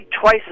twice